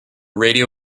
radio